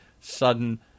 sudden